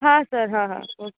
હા સર હા હા ઓકે